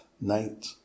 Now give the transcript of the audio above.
night